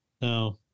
No